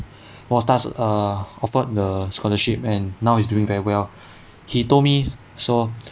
while stu~ err offered the scholarship and now is doing very well he told me so